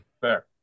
Fair